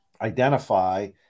identify